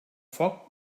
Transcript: foc